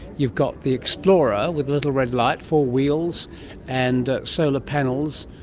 you've got the explorer with a little red light, four wheels and solar panels,